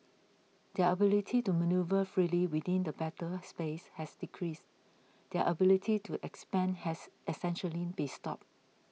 their ability to manoeuvre freely within the battle space has decreased their ability to expand has essentially been stopped